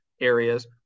areas